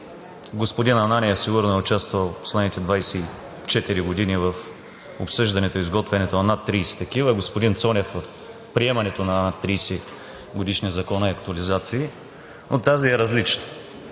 господин Ананиев сигурно е участвал в последните 24 години в обсъждането и изготвянето на над 30 такива, а господин Цонев в приемането на 30 годишни закони и актуализации, но тази е различна.